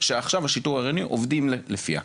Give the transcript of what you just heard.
שעכשיו השיטור העירוני עובדים לפיה.